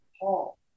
Paul